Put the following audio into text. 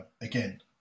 again